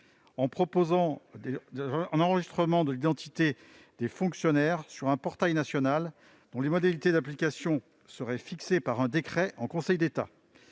en proposant un enregistrement de l'identité des fonctionnaires sur un portail national, dont les modalités d'application seraient fixées par un décret en Conseil d'État.